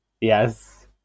Yes